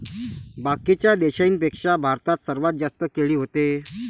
बाकीच्या देशाइंपेक्षा भारतात सर्वात जास्त केळी व्हते